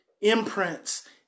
imprints